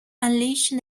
unleashed